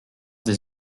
des